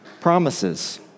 promises